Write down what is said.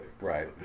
Right